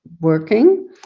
working